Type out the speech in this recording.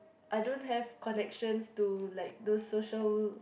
I don't have connections to like those social